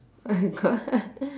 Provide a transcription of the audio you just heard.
my god